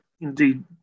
indeed